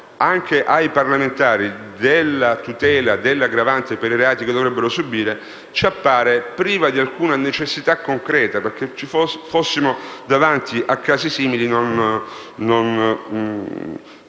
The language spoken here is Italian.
anche ai parlamentari della tutela dell'aggravante per i reati che dovessero subire è priva di necessità concreta. Fossimo davanti a casi simili,